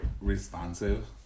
responsive